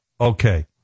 okay